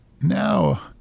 now